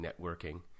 networking